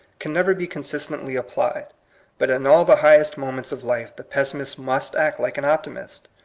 can never be consistently applied but in all the high est moments of life the pessimist must act like an optimist,